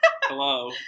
Hello